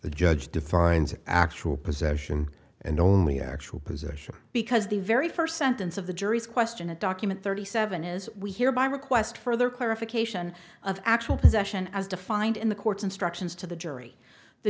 the judge defines an actual possession and only actual position because the very first sentence of the jury's question a document thirty seven is we hereby request further clarification of actual possession as defined in the court's instructions to the jury the